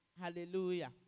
Hallelujah